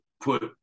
put